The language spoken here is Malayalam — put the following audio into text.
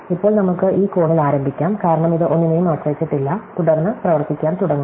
ഇപ്പോൾ നമുക്ക് ഈ കോണിൽ ആരംഭിക്കാം കാരണം ഇത് ഒന്നിനെയും ആശ്രയിച്ചിട്ടില്ല തുടർന്ന് പ്രവർത്തിക്കാൻ തുടങ്ങുക